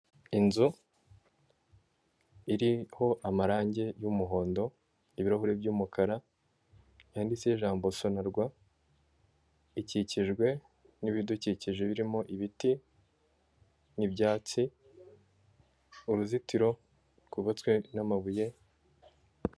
Inzu iriho amarange y'umuhondo ibirahure by'umukara yanditseho ijambo Sonarwa ikikijwe n'ibidukikije birimo ibiti n'ibyatsi uruzitiro rwubatswe n'amabuye.